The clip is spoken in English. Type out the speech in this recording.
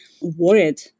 worried